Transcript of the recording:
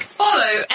follow